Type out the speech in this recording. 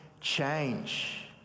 change